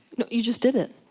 no, you just did it.